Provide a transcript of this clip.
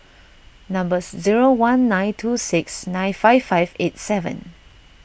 numbers zero one nine two six nine five five eight seven